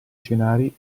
scenari